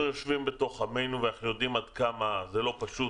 אנחנו יושבים בתוך עמנו ואנחנו יודעים עד כמה זה לא פשוט.